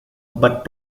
but